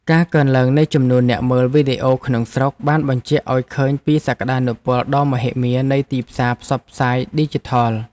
ការកើនឡើងនៃចំនួនអ្នកមើលវីដេអូក្នុងស្រុកបានសបញ្ជាក់ឱ្យឃើញពីសក្តានុពលដ៏មហិមានៃទីផ្សារផ្សព្វផ្សាយឌីជីថល។